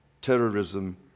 terrorism